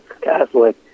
Catholic